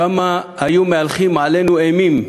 כמה היו מהלכים עלינו אימים: